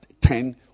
ten